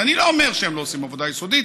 ואני לא אומר שהם לא עושים עבודה יסודית,